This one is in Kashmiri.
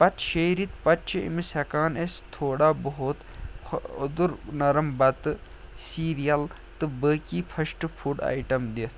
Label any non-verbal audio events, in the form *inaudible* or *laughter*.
پتہٕ شیٚیہِ ریٚتۍ پتہٕ چھِ أمِس ہٮ۪کان أسۍ تھوڑا بہت *unintelligible* اوٚدُر نرم بَتہٕ سیٖریَل تہٕ باقی فٔسٹ فُڈ آیٹم دِتھ